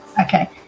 Okay